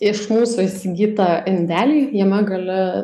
iš mūsų įsigytą indelį jame gali